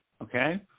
okay